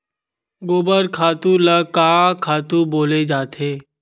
गोबर खातु ल का खातु बोले जाथे?